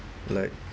like